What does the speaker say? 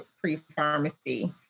pre-pharmacy